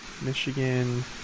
Michigan